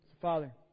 Father